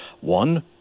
one